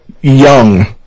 young